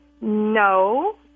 No